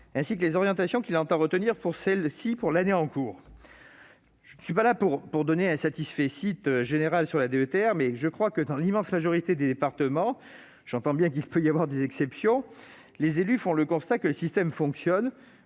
ainsi que les orientations qu'il entend retenir pour celle-ci pour l'année en cours. Je ne suis pas là pour accorder un satisfecit général sur la DETR, mais je crois que, dans l'immense majorité des départements, même s'il peut y avoir des exceptions, les élus font le constat que le système fonctionne